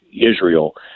Israel